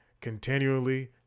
continually